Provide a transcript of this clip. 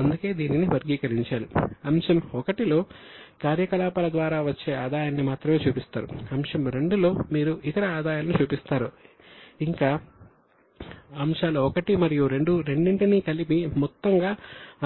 అందుకే దీనిని వర్గీకరించాలి అంశం I లో కార్యకలాపాల ద్వారా వచ్చే ఆదాయాన్ని మాత్రమే చూపిస్తారు అంశం II లో మీరు ఇతర ఆదాయాలను చూపిస్తారు ఇంకా అంశాలు I మరియు II రెండింటిని కలిపి మొత్తంగా